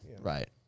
right